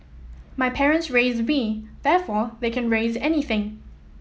my parents raised me therefore they can raise anything